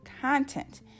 content